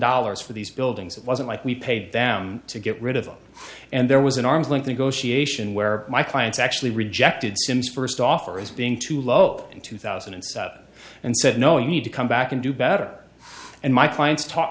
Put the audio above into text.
dollars for these buildings it wasn't like we paid them to get rid of them and there was an arm's length negotiation where my clients actually rejected since first offer as being too low in two thousand and seven and said no you need to come back and do better and my clients ta